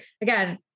Again-